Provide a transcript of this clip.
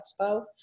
Expo